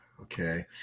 Okay